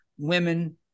women